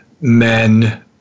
men